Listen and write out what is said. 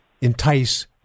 entice